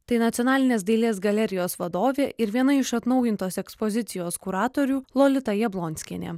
tai nacionalinės dailės galerijos vadovė ir viena iš atnaujintos ekspozicijos kuratorių lolita jablonskienė